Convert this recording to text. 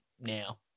now